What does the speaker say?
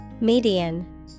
Median